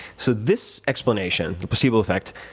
so, this explanation, the placebo effect,